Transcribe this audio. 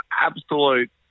absolute